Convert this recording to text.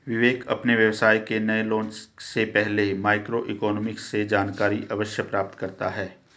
विवेक अपने व्यवसाय के नए लॉन्च से पहले माइक्रो इकोनॉमिक्स से जानकारी अवश्य प्राप्त करता है